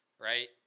right